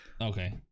Okay